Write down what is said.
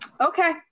Okay